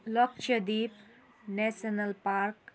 Lakshadweep national park